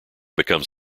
becomes